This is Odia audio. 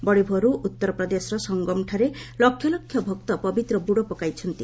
ବଡ଼ି ଭୋରୁ ଉତ୍ତର ପ୍ରଦେଶର ସଙ୍ଗମଠାରେ ଲକ୍ଷ ଲକ୍ଷ ଭକ୍ତ ପବିତ୍ର ବୁଡ଼ ପକାଇଛନ୍ତି